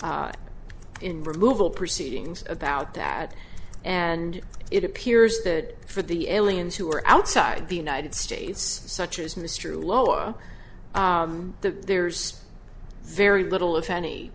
in removal proceedings about that and it appears that for the aliens who are outside the united states such as mr lowell the there's very little if any